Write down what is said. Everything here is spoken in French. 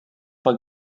pas